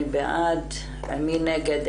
מי נגד?